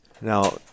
Now